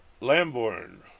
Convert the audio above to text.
Lamborn